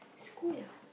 school lah